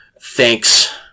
thanks